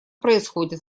происходят